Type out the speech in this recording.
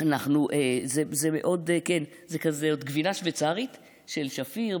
זאת גבינה שווייצרית כזאת של שפיר,